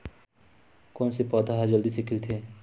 कोन से पौधा ह जल्दी से खिलथे?